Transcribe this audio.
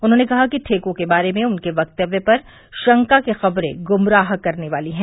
उन्होंने कहा कि ठेकों के बारे में उनके वक्तव्य पर शंका की खबरें गुमराह करने वाली है